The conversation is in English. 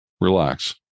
relax